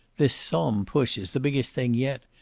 this somme push is the biggest thing yet.